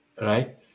right